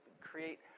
create